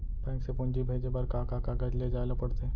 Bank से पूंजी भेजे बर का का कागज ले जाये ल पड़थे?